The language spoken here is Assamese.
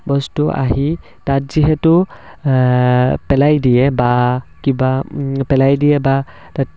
বস্তু আহি তাত যিহেতু পেলাই দিয়ে বা কিবা পেলাই দিয়ে বা তাত